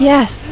Yes